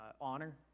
honor